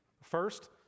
First